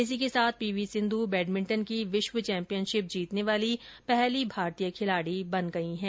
इसी के साथ पी वी सिन्यु बैडमिंटन की विश्व चैम्पियनशिप जीतने वाली पहली भारतीय खिलाडी बन गई है